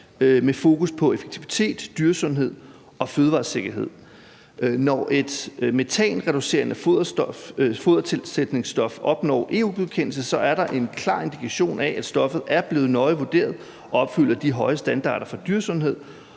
med fokus på effektivitet, dyresundhed og fødevaresikkerhed. Når et metanreducerende fodertilsætningsstof opnår EU-godkendelse, er det en klar indikation af, at stoffet er blevet nøje vurderet og opfylder de høje standarder for dyresundhed